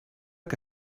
que